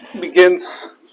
begins